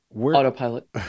Autopilot